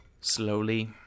Slowly